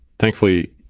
Thankfully